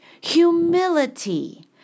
humility